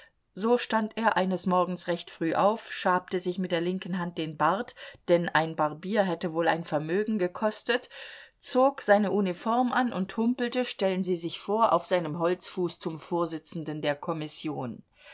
so stand er eines morgens recht früh auf schabte sich mit der linken hand den bart denn ein barbier hätte wohl ein vermögen gekostet zog seine uniform an und humpelte stellen sie sich vor auf seinem holzfuß zum vorsitzenden der kommission